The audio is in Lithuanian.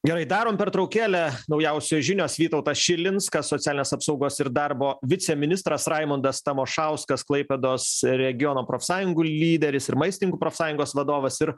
gerai darom pertraukėlę naujausios žinios vytautas šilinskas socialinės apsaugos ir darbo viceministras raimundas tamošauskas klaipėdos regiono profsąjungų lyderis ir maistininkų profsąjungos vadovas ir